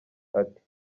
ati